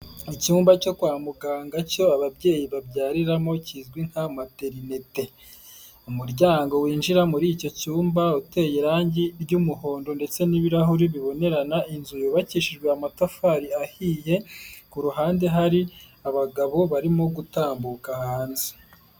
Icyumba cyo kwa muganga cyo ababyeyi babyariramo kizwi nka materinete, umuryango winjira muri icyo cyumba uteye irangi ry'umuhondo ndetse n'ibirahuri bibonerana inzu yubakishijwe amatafari ahiye, ku ruhande hari abagabo barimo gutambuka hanze.